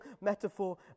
metaphor